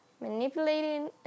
manipulating